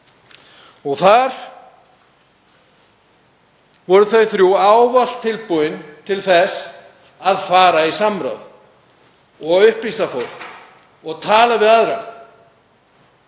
Þar voru þau þrjú ávallt tilbúin til þess að hafa samráð og upplýsa fólk og tala við aðra.